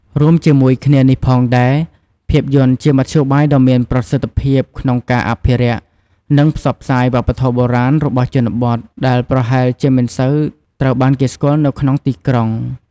រួមជាមួយគ្នានេះផងដែរ ភាពយន្តជាមធ្យោបាយដ៏មានប្រសិទ្ធភាពក្នុងការ អភិរក្ស និងផ្សព្វផ្សាយវប្បធម៌បុរាណ របស់ជនបទ ដែលប្រហែលជាមិនសូវត្រូវបានគេស្គាល់នៅក្នុងទីក្រុង។